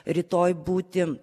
rytoj būti